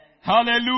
Hallelujah